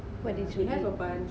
what did you eat